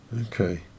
Okay